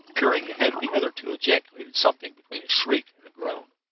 peering ahead of the other two, ejaculated something between a shriek and a groan.